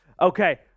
Okay